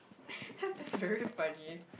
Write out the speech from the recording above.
that's just very funny